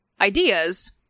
ideas